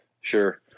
Sure